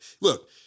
look